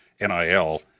nil